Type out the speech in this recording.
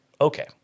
Okay